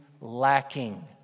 lacking